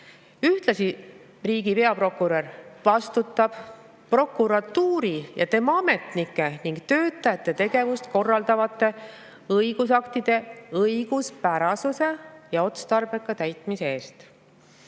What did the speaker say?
vastutab riigi peaprokurör prokuratuuri ja tema ametnike ning töötajate tegevust korraldavate õigusaktide õiguspärase ja otstarbeka täitmise